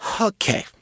Okay